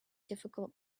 difficult